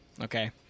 okay